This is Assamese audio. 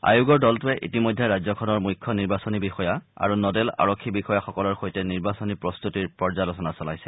আয়োগৰ দলটোৱে ইতিমধ্যে ৰাজ্যখনৰ মুখ্য নিৰ্বাচনী বিষয়া আৰু নডেল আৰক্ষী বিষয়াসকলৰ সৈতে নিৰ্বাচনী প্ৰস্ততিৰ পৰ্যালোচনা চলাইছে